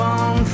on